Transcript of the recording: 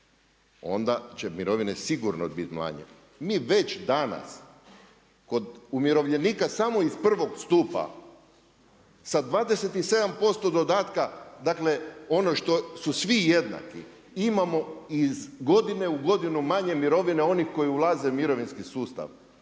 onda će mirovine sigurno biti manje. Mi već danas kod umirovljenika samo iz prvog stupa sa 27% dodatka, dakle ono što su svi jednaki, imamo iz godine u godinu manje mirovine onih koji ulaze u mirovinski sustav